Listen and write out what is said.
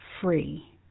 free